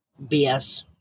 BS